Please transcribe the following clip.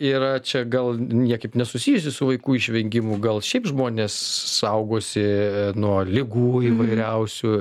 yra čia gal niekaip nesusijusi su vaikų išvengimu gal šiaip žmonės saugosi nuo ligų įvairiausių